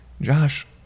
Josh